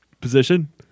position